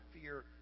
fear